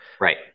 right